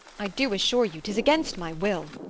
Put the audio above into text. i do assure you t is against my will.